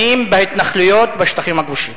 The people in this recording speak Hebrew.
לבניינים בהתנחלויות בשטחים הכבושים?